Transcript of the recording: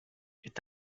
est